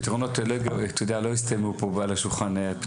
הפתרונות לא יסתיימו פה על השולחן.